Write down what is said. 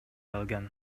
алган